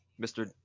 Mr